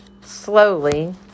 slowly